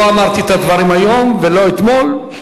לא אמרתי את הדברים היום ולא אתמול,